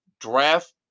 Draft